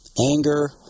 anger